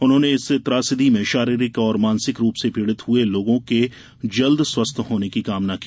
उन्होंने इस त्रासदी में शारीरिक और मानसिक रूप से पीड़ित हुए लोगों के जल्द स्वस्थ होने की कामना की